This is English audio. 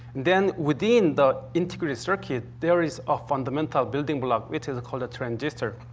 then within the integrated circuit, there is a fundamental building block, which is called a transistor.